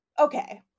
okay